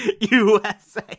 USA